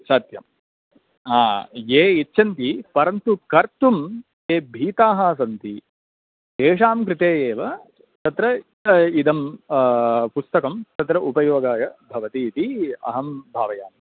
सत्यं हा ये इच्छन्ति परन्तु कर्तुं ये भीताः सन्ति तेषां कृते एव तत्र इदं पुस्तकं तत्र उपयोगाय भवति इति अहं भावयामि